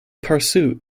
pursue